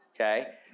Okay